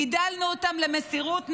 גידלנו אותם למסירות נפש,